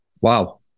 Wow